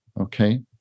okay